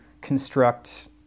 construct